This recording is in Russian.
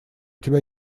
тебя